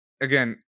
again